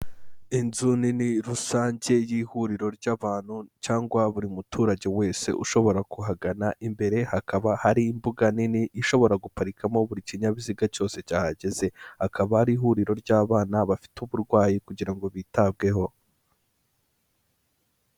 Inzu nini rusange y'ihuriro ry'abantu cyangwa buri muturage wese ushobora kuhagana, imbere hakaba hari imbuga nini ishobora guparikamo buri kinyabiziga cyose cyahageze, akaba ari ihuriro ry'abana bafite uburwayi kugira ngo bitabweho.